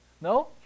no